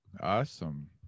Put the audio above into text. Awesome